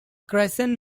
crescent